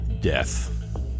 death